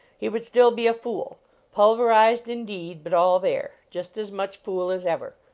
he would still be a fool pulver ized, indeed, but all there just as much fool as ever.